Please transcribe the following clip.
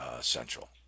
Central